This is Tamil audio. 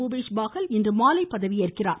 புபேஷ் பாகல் இன்று மாலை பதவியேற்க உள்ளார்